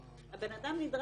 לאדם: